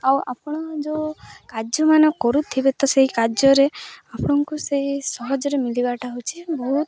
ଆଉ ଆପଣ ଯେଉଁ କାର୍ଯ୍ୟମାନ କରୁଥିବେ ତ ସେଇ କାର୍ଯ୍ୟରେ ଆପଣଙ୍କୁ ସେହି ସହଜରେ ମିଳିବାଟା ହେଉଛି ବହୁତ